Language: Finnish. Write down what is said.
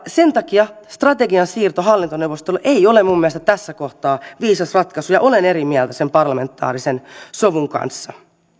sen takia strategian siirto hallintoneuvostolle ei ole minun mielestäni tässä kohtaa viisas ratkaisu ja olen eri mieltä sen parlamentaarisen sovun kanssa